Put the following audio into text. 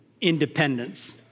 independence